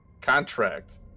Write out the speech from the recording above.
contract